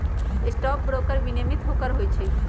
stock broker विनियमित broker होइ छइ